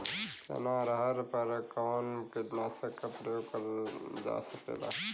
चना अरहर पर कवन कीटनाशक क प्रयोग कर जा सकेला?